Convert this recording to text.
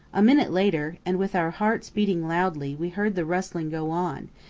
a minute later, and with our hearts beating loudly, we heard the rustling go on,